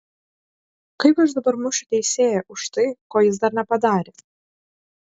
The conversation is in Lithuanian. kaip aš dabar mušiu teisėją už tai ko jis dar nepadarė